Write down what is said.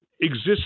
exists